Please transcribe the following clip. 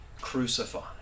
crucified